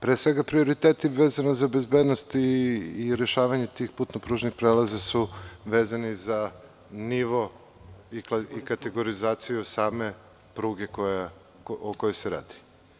Pre svega prioriteti vezani za bezbednost i rešavanje tih putno-pružnih prelaza su vezani za nivo i kategorizaciju same pruge o kojoj se radi.